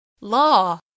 Law